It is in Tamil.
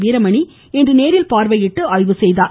வீரமணி இன்று நேரில் பார்வையிட்டு ஆய்வு செய்தார்